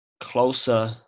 closer